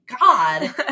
God